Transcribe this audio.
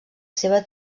seva